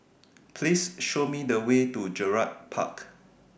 Please Show Me The Way to Gerald Park